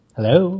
Hello